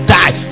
die